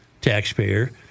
taxpayer